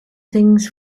things